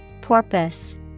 Porpoise